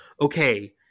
okay